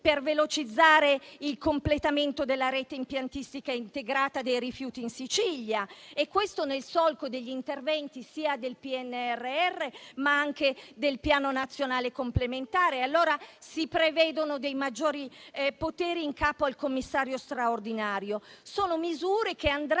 per velocizzare il completamento della rete impiantistica integrata dei rifiuti in Sicilia, e questo nel solco degli interventi del PNRR e del Piano nazionale complementare. Si prevedono dei maggiori poteri in capo al commissario straordinario. Sono misure che andranno